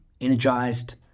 energized